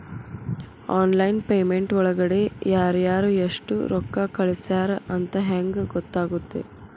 Online payment ಒಳಗಡೆ ಯಾರ್ಯಾರು ಎಷ್ಟು ರೊಕ್ಕ ಕಳಿಸ್ಯಾರ ಅಂತ ಹೆಂಗ್ ಗೊತ್ತಾಗುತ್ತೆ?